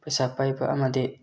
ꯄꯩꯁꯥ ꯄꯥꯏꯕ ꯑꯃꯗꯤ